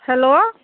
hello